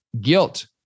guilt